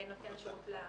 בין נותן השירות למוטב.